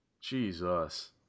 Jesus